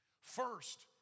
First